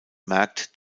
merkt